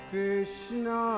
Krishna